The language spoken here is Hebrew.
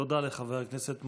תודה לחבר הכנסת מלול.